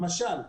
למשל,